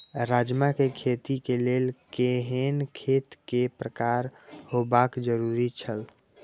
राजमा के खेती के लेल केहेन खेत केय प्रकार होबाक जरुरी छल?